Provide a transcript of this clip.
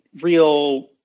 real